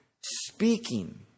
speaking